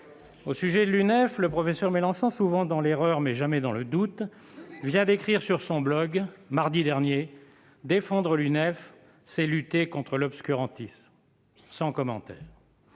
Au sujet de l'UNEF, le professeur Mélenchon, souvent dans l'erreur mais jamais dans le doute, a écrit mardi dernier sur son blog :« Défendre l'UNEF, c'est lutter contre l'obscurantisme. » Sans commentaire.